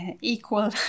equal